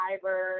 drivers